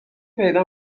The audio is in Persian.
پیدا